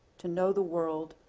to know the world,